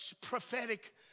prophetic